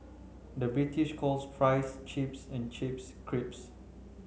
the British calls fries chips and chips